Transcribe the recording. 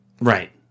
Right